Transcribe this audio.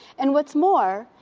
and what's more,